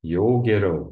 jau geriau